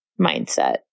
mindset